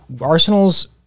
Arsenal's